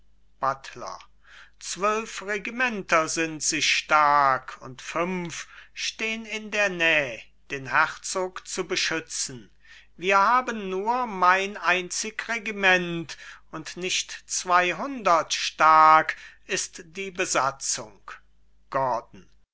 buttler zwölf regimenter sind sie stark und fünf stehn in der näh den herzog zu beschützen wir haben nur mein einzig regiment und nicht zweihundert stark ist die besatzung gordon